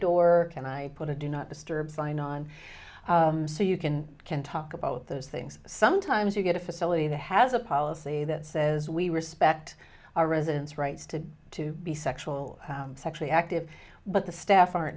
door can i put a do not disturb sign on to you can can talk about those things sometimes you get a facility that has a policy that says we respect our residents rights to to be sexual sexually active but the staff aren't